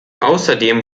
außerdem